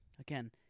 Again